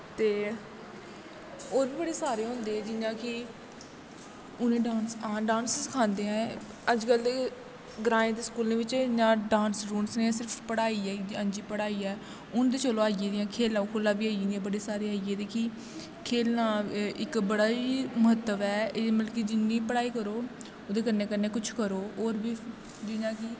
ते होर बी बड़ियां सारियां होंदियां जियां कि उ'नें डांस हां डांस सखांदे ऐ अज्ज कल ते ग्राएं दे स्कूलें बिच्च इ'यां डांस डूंस ते निं खाल्ली पढ़ाई ऐ हां जी पढ़ाई ऐ हून ते चलो आई गेदियां खेलां खूलां बी आई गेदियां बड़े सारे आई गेदे कि खेलां इक बड़ा ही म्हत्व ऐ एह् मतलब कि जिन्ना पढ़ाई करो ओह्दे कन्नै कन्नै कुछ करो होर बी जियां कि